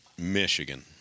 Michigan